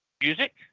music